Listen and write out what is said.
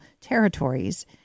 territories